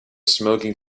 smoking